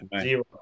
Zero